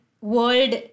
world